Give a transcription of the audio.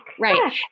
right